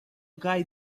guy